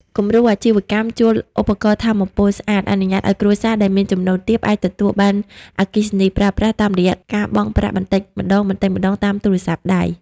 គំរូអាជីវកម្មជួលឧបករណ៍ថាមពលស្អាត អនុញ្ញាតឱ្យគ្រួសារដែលមានចំណូលទាបអាចទទួលបានអគ្គិសនីប្រើប្រាស់តាមរយៈការបង់ប្រាក់បន្តិចម្ដងៗតាមទូរស័ព្ទដៃ។